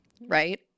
Right